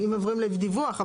אם עוברים לדיווח,